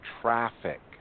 traffic